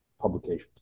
publications